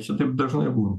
šitaip dažnai būn